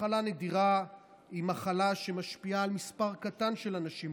מחלה נדירה היא מחלה שמשפיעה על מספר קטן של אנשים,